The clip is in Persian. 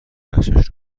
بچش